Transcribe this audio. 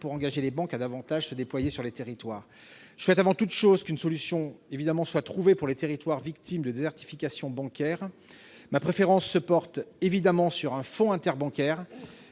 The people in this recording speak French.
pour engager les banques à se déployer davantage sur les territoires. Je souhaite, avant toute chose, qu'une solution soit trouvée pour les territoires victimes de désertification bancaire. Ma préférence se porte évidemment sur un fonds interbancaire,